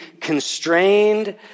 constrained